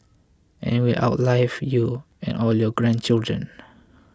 and will outlive you and all your grandchildren